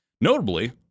Notably